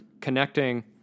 connecting